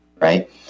right